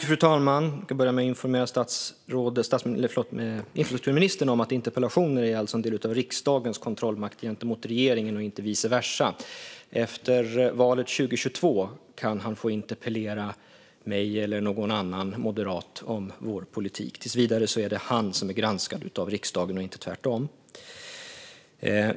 Fru talman! Jag ska börja med att informera infrastrukturministern om att interpellationer är en del av riksdagens kontrollmakt gentemot regeringen och inte vice versa. Efter valet 2022 kan han få interpellera mig eller någon annan moderat om vår politik. Tills vidare är det han som är granskad av riksdagen och inte tvärtom.